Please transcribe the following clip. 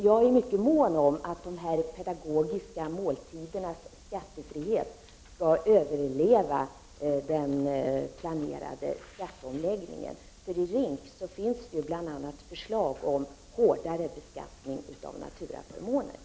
Jag är mycket mån om att de pedagogiska måltidernas skattefrihet skall överleva den planerade skatteomläggningen. I RINK framförs ju bl.a. förslag om hårdare beskattning av naturaförmåner.